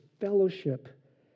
fellowship